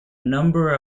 number